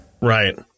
Right